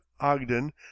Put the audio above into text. Ogden